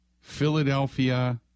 Philadelphia